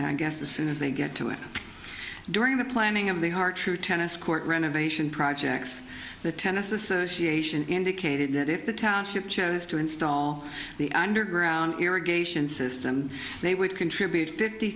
i guess the soon as they get to it during the planning of the heart true tennis court renovation projects the tennis association indicated that if the township chose to install the underground irrigation system they would contribute fifty